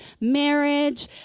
marriage